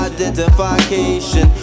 Identification